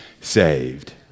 saved